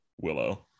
Willow